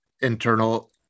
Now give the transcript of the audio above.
internal